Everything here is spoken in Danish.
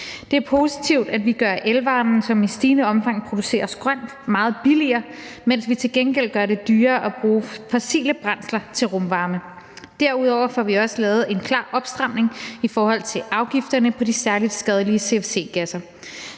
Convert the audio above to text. Det er positivt, at vi gør elvarmen, som i stigende omfang produceres grønt, meget billigere, mens vi til gengæld gør det dyrere at bruge fossile brændsler til rumvarme. Derudover får vi også lavet en klar opstramning i forhold til afgifterne på de særlig skadelige cfc-gasser.